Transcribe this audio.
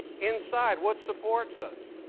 inside, what supports us,